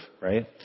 right